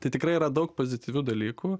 tai tikrai yra daug pozityvių dalykų